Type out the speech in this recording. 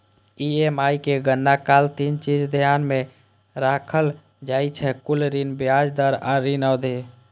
EMI के गणना काल तीन चीज ध्यान मे राखल जाइ छै, कुल ऋण, ब्याज दर आ ऋण अवधि